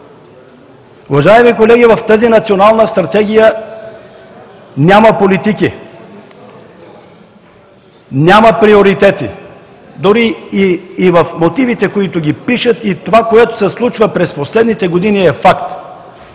Уважаеми колеги, в тази Национална стратегия няма политики, няма приоритети, дори и мотивите, които пишат, и това което се случва през последните години, е факт.